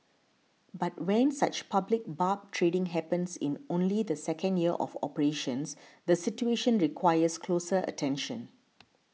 but when such public barb trading happens in only the second year of operations the situation requires closer attention